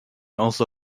also